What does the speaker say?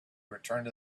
returned